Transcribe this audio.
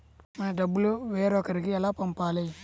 మన డబ్బులు వేరొకరికి ఎలా పంపాలి?